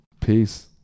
Peace